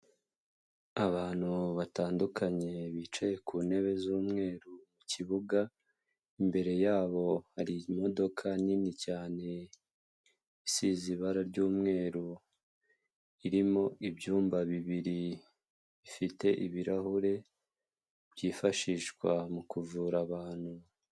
Abantu batandukanye bicaye ku ntebe z'umweru mu kibuga, imbere yabo hari imodoka nini cyane isize ibara ry'umweru irimo ibyumba bibiri bifite ibirahure byifashishwa mu kuvura abantu.